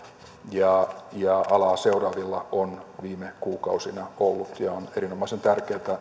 ja ja alaa seuraavilla on viime kuukausina ollut ja on erinomaisen tärkeää